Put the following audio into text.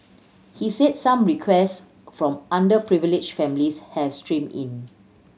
he said some request from underprivileged families have streamed in